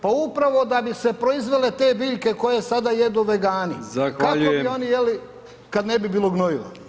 Pa upravo da bi se proizvele te biljke koje sada jedu vegani [[Upadica: Zahvaljujem.]] kako bi oni jeli kad ne bi bilo gnojiva?